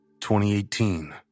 2018